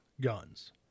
guns